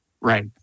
Right